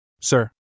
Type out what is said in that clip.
Sir